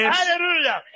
Hallelujah